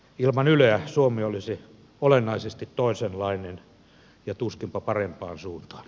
ilman yleä suomi olisi olennaisesti toisenlainen ja tuskinpa parempaan suuntaan